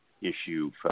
issue